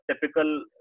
typical